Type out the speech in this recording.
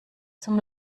zum